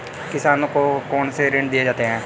किसानों को कौन से ऋण दिए जाते हैं?